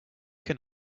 can